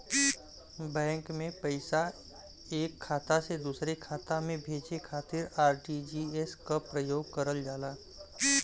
bank में पैसा एक खाता से दूसरे खाता में भेजे खातिर आर.टी.जी.एस क प्रयोग करल जाला